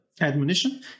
admonition